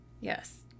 yes